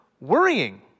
worrying